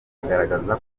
agaragaza